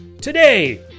Today